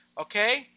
Okay